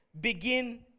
begin